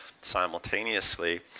simultaneously